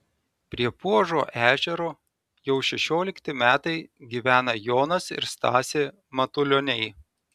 prie puožo ežero jau šešiolikti metai gyvena jonas ir stasė matulioniai